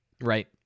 right